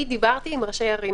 אני דיברתי עם ראשי ערים.